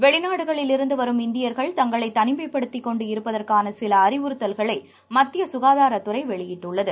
வெளிநாடுகளிலிருந்து வரும் இந்தியர்கள் தங்களை தனிமைப்படுத்திக் கொண்டு இருப்பதற்கான சில அறிவுறுத்தல்களை மத்திய சுகாதாரத்துறை வெளியிட்டுள்ளது